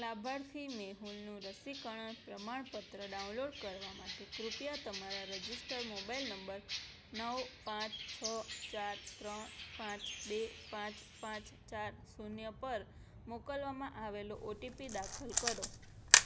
લાભાર્થી મેહુલનું રસીકરણ પ્રમાણપત્ર ડાઉનલોડ કરવા માટે કૃપયા તમારા રજિસ્ટર્ડ મોબાઈલ નંબર નવ પાંચ છ ચાર ત્રણ પાંચ બે પાંચ પાંચ ચાર શૂન્ય પર મોકલવામાં આવેલો ઓટીપી દાખલ કરો